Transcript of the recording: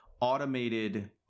automated